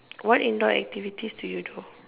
what indoor activities do you do